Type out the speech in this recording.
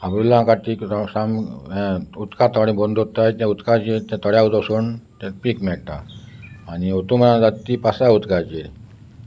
आब्रीलां काडटी उदक तळें भरून ते उदकाचेर ते वसून ते पीक मेळटा आनी ओतुमान जात ती पास्या उदकाचेर